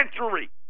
century